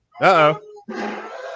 Uh-oh